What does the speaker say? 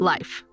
Life